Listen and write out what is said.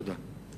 תודה.